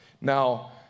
Now